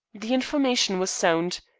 the information was sound.